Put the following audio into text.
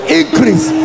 increase